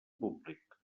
públic